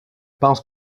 pense